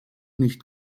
nicht